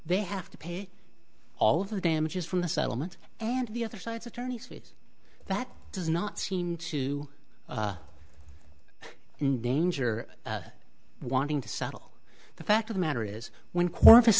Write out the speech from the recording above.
they have to pay all of the damages from the settlement and the other side's attorneys fees that does not seem to be in danger wanting to settle the fact of the matter is when corpus